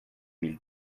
mille